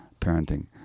parenting